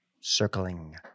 circling